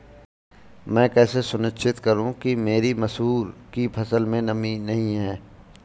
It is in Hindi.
मैं कैसे सुनिश्चित करूँ कि मेरी मसूर की फसल में नमी नहीं है?